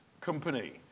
company